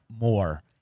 more